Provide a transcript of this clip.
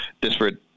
disparate